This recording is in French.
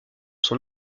son